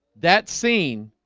that scene